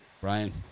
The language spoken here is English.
Brian